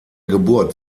geburt